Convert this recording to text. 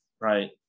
Right